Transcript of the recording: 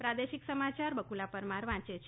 પ્રાદેશિક સમાચાર બકુલા પરમાર વાંચે છે